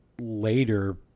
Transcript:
later